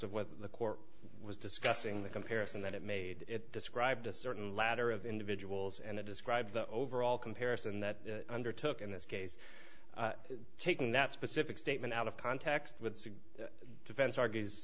of what the court was discussing the comparison that it made it described a certain latter of individuals and to describe the overall comparison that undertook in this case taking that specific statement out of context with defense argue